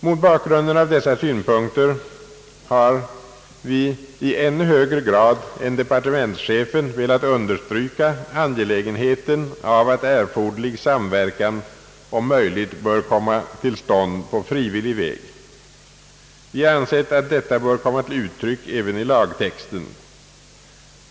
Mot bakgrunden av dessa synpunkter har vi i ännu högre grad än departementschefen velat understryka angelägenheten av att erforderlig samverkan om möjligt bör komma till stånd på frivillig väg. Vi har ansett att detta bör komma till uttryck även i lagtexterna.